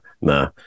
No